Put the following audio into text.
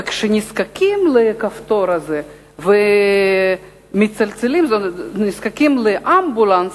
וכשנזקקים לכפתור הזה ומצלצלים, נזקקים לאמבולנס,